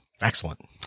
Excellent